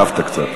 נסחפת קצת.